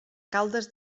caldes